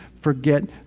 forget